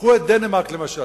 קחו את דנמרק, למשל.